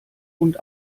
und